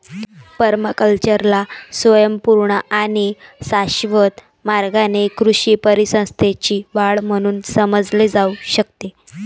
पर्माकल्चरला स्वयंपूर्ण आणि शाश्वत मार्गाने कृषी परिसंस्थेची वाढ म्हणून समजले जाऊ शकते